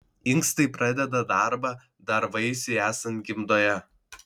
inkstai pradeda darbą dar vaisiui esant gimdoje